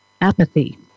apathy